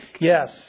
Yes